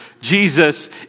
Jesus